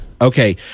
Okay